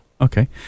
Okay